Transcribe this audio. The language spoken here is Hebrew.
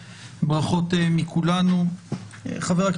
אבל אני כן מעלה את השאלה של האם הואילו חכמים בתקנתם כאשר השינוי בסכומים